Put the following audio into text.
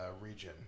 region